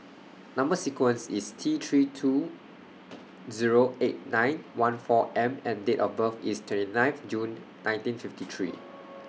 Number sequence IS T three two Zero eight nine one four M and Date of birth IS twenty nine June nineteen fifty three